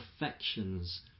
affections